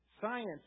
science